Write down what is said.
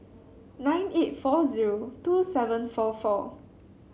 nine eight four zero two seven four four